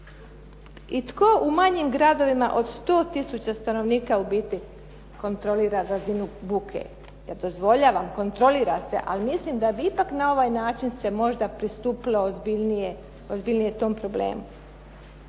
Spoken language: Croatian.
I tko u manjim gradovima od 100 tisuća stanovnika ubiti kontrolira razinu buke? Ja dozvoljavam, kontrolira se, ali mislim da bi ipak na ovaj način se možda pristupilo ozbiljnije tom problemu.